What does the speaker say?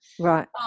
Right